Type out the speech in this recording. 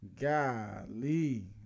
Golly